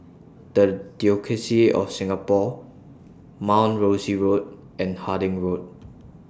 The Diocese of Singapore Mount Rosie Road and Harding Road